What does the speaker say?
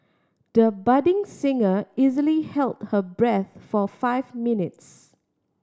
the budding singer easily held her breath for five minutes